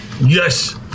Yes